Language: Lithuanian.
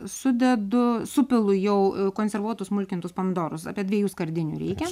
sudedu supilu jau konservuotus smulkintus pomidorus apie dviejų skardinių reikia